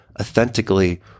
authentically